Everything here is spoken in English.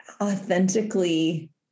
authentically